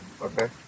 okay